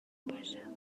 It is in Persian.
باشه